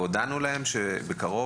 הודענו להם שבקרוב,